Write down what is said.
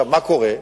מה קורה?